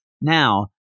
Now